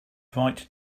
bright